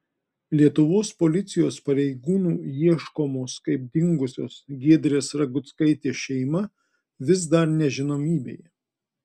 lietuvos policijos pareigūnų ieškomos kaip dingusios giedrės raguckaitės šeima vis dar nežinomybėje